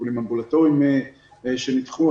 טיפולים אמבולטוריים שנדחו,